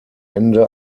ende